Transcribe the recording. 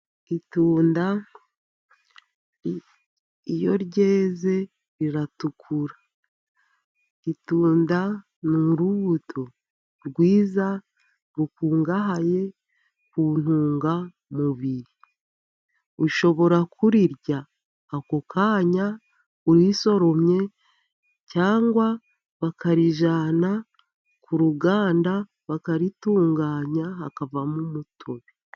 Itunda iyo ryeze riratukura. Itunda ni urubuto rwiza rukungahaye ku ntungamubiri. Ushobora kurirya ako kanya urisoromye, cyangwa bakarijyana ku ruganda, bakaritunganya hakavamo umutobe.